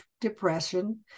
depression